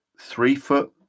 three-foot